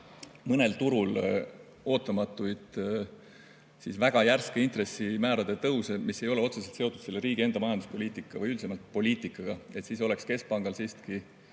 mõnel turul ootamatuid väga järske intressimäärade tõuse, mis ei ole otseselt seotud selle riigi enda majanduspoliitika või üldisemalt poliitikaga, oleks keskpangal võimalik